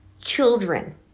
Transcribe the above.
children